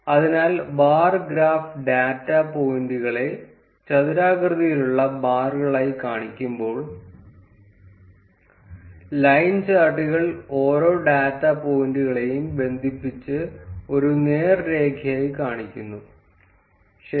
അതിനാൽ bar graph data പോയിന്റുകളെ ചതുരാകൃതിയിലുള്ള ബാറുകളായി കാണിക്കുമ്പോൾ ലൈൻ ചാർട്ടുകൾ ഓരോ ഡാറ്റ പോയിന്റുകളെയും ബന്ധിപ്പിച്ച് ഒരു നേർരേഖയായി കാണിക്കുന്നു ശരി